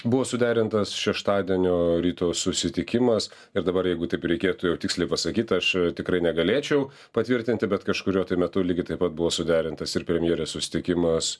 buvo suderintas šeštadienio ryto susitikimas ir dabar jeigu taip reikėtų jau tiksliai pasakyt aš tikrai negalėčiau patvirtinti bet kažkuriuo metu lygiai taip pat buvo suderintas ir premjerė susitikimas